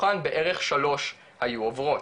ומתוכן בערך 3 היו עוברות.